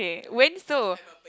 when so